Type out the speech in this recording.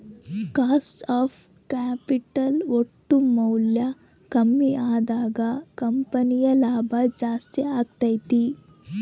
cost of capital ಒಟ್ಟು ಮೌಲ್ಯ ಕಮ್ಮಿ ಅದಾಗ ಕಂಪನಿಯ ಲಾಭ ಜಾಸ್ತಿ ಅಗತ್ಯೆತೆ